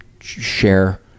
share